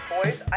Boys